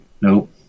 Nope